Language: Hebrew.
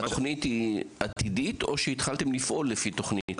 התוכנית היא עתידית, או שהתחלתם לפעול לפי תוכנית?